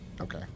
Okay